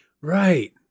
Right